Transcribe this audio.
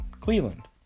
Cleveland